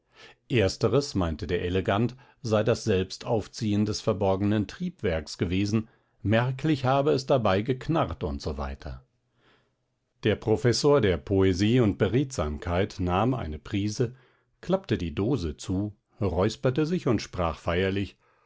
ersteres meinte der elegant sei das selbstaufziehen des verborgenen triebwerks gewesen merklich habe es dabei geknarrt usw der professor der poesie und beredsamkeit nahm eine prise klappte die dose zu räusperte sich und sprach feierlich